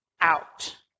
out